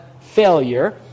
failure